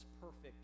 perfect